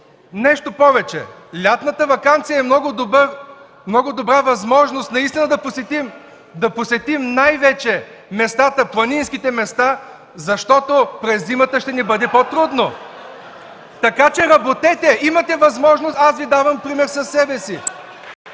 Нещо повече, лятната ваканция е много добра възможност наистина да посетим най-вече планинските места, защото през зимата ще ни бъде по-трудно. (Смях в ГЕРБ.) Така че работете, имате възможност, аз Ви давам пример със себе си.